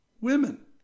Women